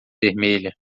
vermelha